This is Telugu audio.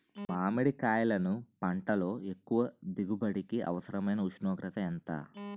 మామిడికాయలును పంటలో ఎక్కువ దిగుబడికి అవసరమైన ఉష్ణోగ్రత ఎంత?